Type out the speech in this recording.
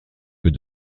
que